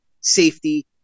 safety